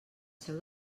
seu